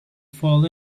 fall